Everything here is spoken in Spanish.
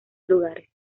lugares